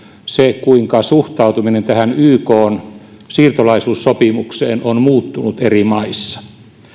se kuinka suhtautuminen ykn siirtolaisuussopimukseen on muuttunut eri maissa